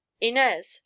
Inez